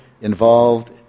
involved